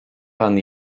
pan